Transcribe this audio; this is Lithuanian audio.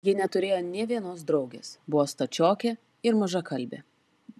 ji neturėjo nė vienos draugės buvo stačiokė ir mažakalbė